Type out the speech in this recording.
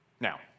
Now